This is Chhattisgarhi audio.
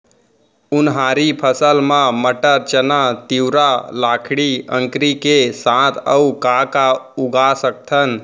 उनहारी फसल मा मटर, चना, तिंवरा, लाखड़ी, अंकरी के साथ अऊ का का उगा सकथन?